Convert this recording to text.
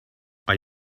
are